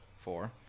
Four